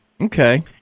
Okay